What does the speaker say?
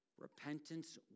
Repentance